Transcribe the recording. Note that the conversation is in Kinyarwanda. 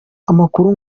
amakuru